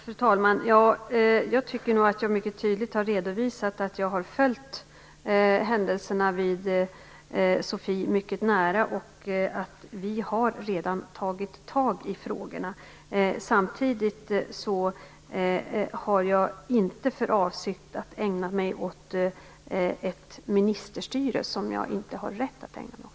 Fru talman! Jag tycker att jag mycket tydligt har redovisat att jag har följt händelserna vid SOFI mycket nära och att vi redan har tagit tag i frågorna. Samtidigt har jag inte för avsikt att ägna mig åt ett ministerstyre som jag inte har rätt att ägna mig åt.